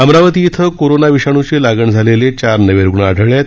अमरावती इथं कोरोना विषाणूची लागण झालेले चार नवे रुग्ण आढळले आहेत